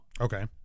Okay